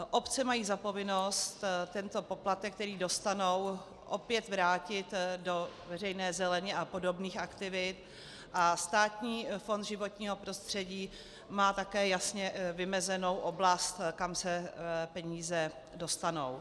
Obce mají za povinnost tento poplatek, který dostanou, opět vrátit do veřejné zeleně a podobných aktivit a Státní fond životního prostředí má také jasně vymezenou oblast, kam se peníze dostanou.